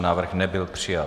Návrh nebyl přijat.